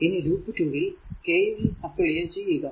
ഇനി ലൂപ്പ് 2 ൽ KVL apply ചെയ്യുക